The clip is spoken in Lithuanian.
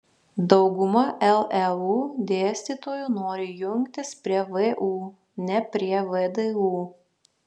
dauguma leu dėstytojų nori jungtis prie vu ne prie vdu